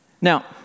Now